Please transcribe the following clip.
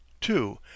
Two